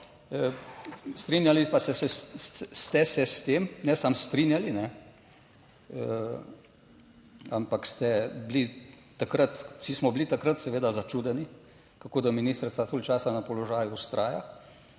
strinjali pa ste se s tem, ne samo strinjali, ampak ste bili takrat, vsi smo bili takrat seveda začudeni, kako, da ministrica toliko časa na položaju vztraja,